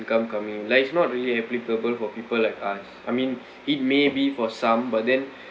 income coming in like is not really applicable for people like us I mean it may be for some but then